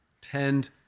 tend